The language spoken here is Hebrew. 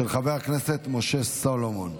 של חבר הכנסת משה סולומון.